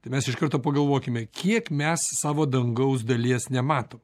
tai mes iš karto pagalvokime kiek mes savo dangaus dalies nematom